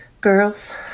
Girls